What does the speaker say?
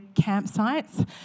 campsites